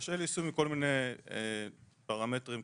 מכל מיני פרמטרים ונושאים,